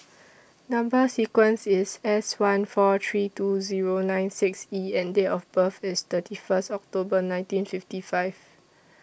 Number sequence IS S one four three two Zero nine six E and Date of birth IS thirty one October nineteen fifty five